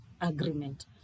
agreement